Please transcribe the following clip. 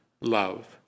love